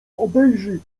obejrzyj